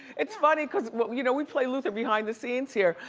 it's funny because we you know we play luther behind the scenes here,